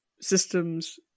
systems